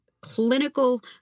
clinical